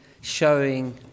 showing